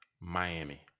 Miami